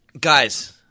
Guys